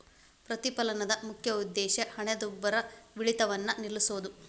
ಪ್ರತಿಫಲನದ ಮುಖ್ಯ ಉದ್ದೇಶ ಹಣದುಬ್ಬರವಿಳಿತವನ್ನ ನಿಲ್ಸೋದು